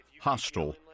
hostile